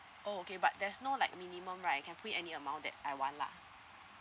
oh okay but there's no like minimum right I can put in any amount that I want lah